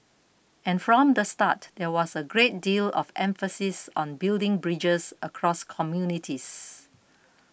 and from the start there was a great deal of emphasis on building bridges across communities